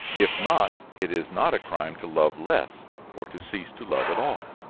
if not, it is not a crime to love less or to cease to love at all.